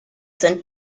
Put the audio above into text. sind